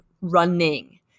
running